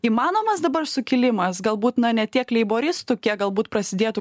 įmanomas dabar sukilimas galbūt na ne tiek leiboristų kiek galbūt prasidėtų